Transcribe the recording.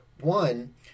one